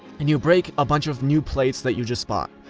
and you break a bunch of new plates that you just bought.